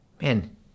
Man